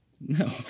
No